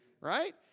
Right